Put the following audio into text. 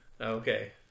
Okay